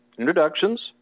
Introductions